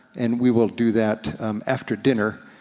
and we will do that after dinner.